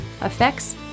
effects